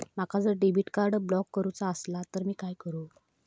माका जर debit card block करूचा असला तर मी काय करू?